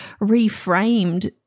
reframed